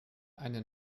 eine